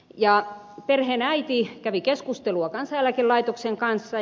perheen äiti kävi keskustelua kansaneläkelaitoksen kanssa